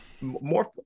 more